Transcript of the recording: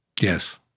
Yes